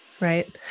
Right